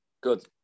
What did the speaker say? Good